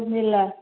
मेरला